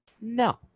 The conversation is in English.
No